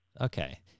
okay